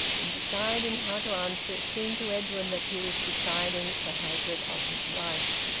in deciding how to answer, it seemed to edwin that he was deciding the hazard of his life.